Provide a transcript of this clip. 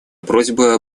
просьба